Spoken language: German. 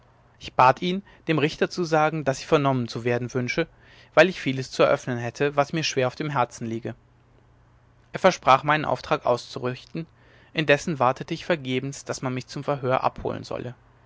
ich bat ihn dem richter zu sagen daß ich vernommen zu werden wünsche weil ich vieles zu eröffnen hätte was mir schwer auf dem herzen liege er versprach meinen auftrag auszurichten indessen wartete ich vergebens daß man mich zum verhör abholen solle